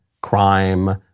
crime